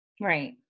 Right